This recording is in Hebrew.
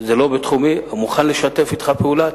זה לא בתחומי, אני מוכן לשתף אתך פעולה.